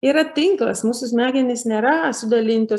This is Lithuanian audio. yra tinklas mūsų smegenys nėra sudalinti